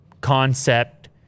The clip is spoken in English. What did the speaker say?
concept